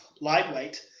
lightweight